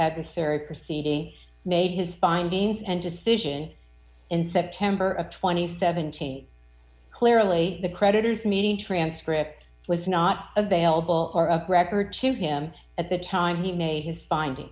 atmospheric proceeding made his findings and decision in september of twenty seven to clearly the creditors meeting transcript was not available or a record to him at the time he made his finding